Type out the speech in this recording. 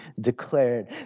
declared